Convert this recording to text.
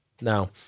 Now